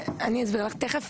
אני אסביר לך תיכף,